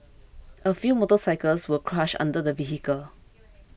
a few motorcycles were crushed under the vehicle